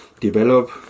develop